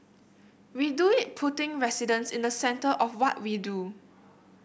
we do it putting residents in the centre of what we do